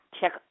check